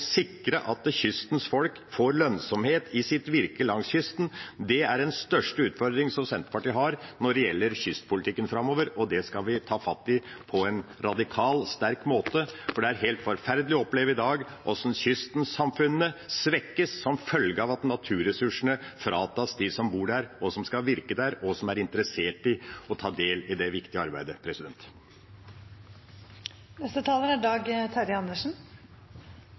sikre at kystens folk får lønnsomhet i sitt virke langs kysten. Det er den største utfordringen som Senterpartiet har når det gjelder kystpolitikken framover, og det skal vi ta fatt i på en radikal, sterk måte, for det er helt forferdelig å oppleve i dag hvordan kystsamfunnene svekkes som følge av at naturressursene fratas dem som bor der, som skal virke der, og som er interessert i å ta del i det viktige arbeidet.